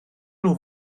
nhw